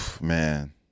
Man